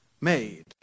made